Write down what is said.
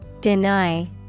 Deny